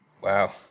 Wow